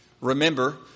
Remember